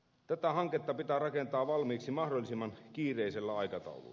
tätä hanketta pitää rakentaa valmiiksi mahdollisimman kiireisellä aikataululla